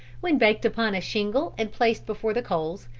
when baked upon a shingle and placed before the coals,